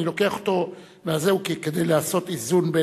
אני לוקח אותו, כדי לעשות איזון.